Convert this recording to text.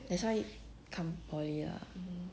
that's why come poly eh